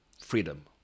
freedom